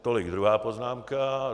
Tolik druhá poznámka.